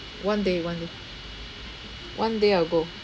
one day one day one day I'll go